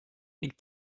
ning